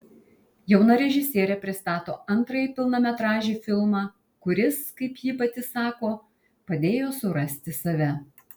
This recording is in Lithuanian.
jauna režisierė pristato antrąjį pilnametražį filmą kuris kaip ji pati sako padėjo surasti save